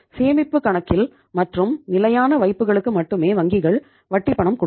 சேமிப்பு கணக்கில் மற்றும் நிலையான வைப்புகளுக்கு மட்டுமே வங்கிகள் வட்டி பணம் கொடுக்கும்